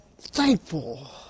thankful